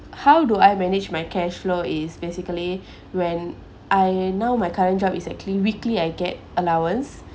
how do I manage my cash flow is basically when I know my current job is actually weekly I get allowance